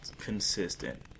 consistent